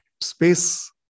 space